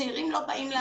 הצעירים לא באים.